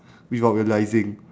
without realising